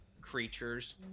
creature's